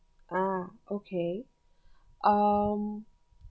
ah okay um